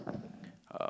um